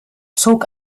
zog